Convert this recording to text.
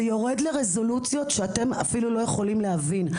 זה יורד לרזולוציות שאתם אפילו לא יכולים להבין.